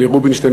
אלי רובינשטיין,